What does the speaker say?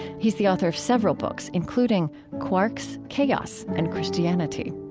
he's the author of several books, including quarks, chaos and christianity